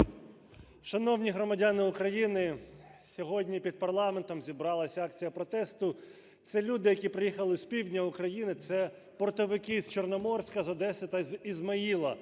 13:53:56 ЛЕЩЕНКО С.А. Шановні громадяни України, сьогодні під парламентом зібралася акція протесту. Це люди, які приїхали з півдня України, це портовики з Чорноморська, з Одеси та Ізмаїла.